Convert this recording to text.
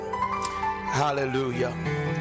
Hallelujah